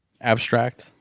abstract